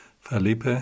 Felipe